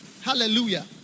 Hallelujah